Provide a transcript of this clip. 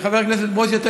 חבר הכנסת ברושי,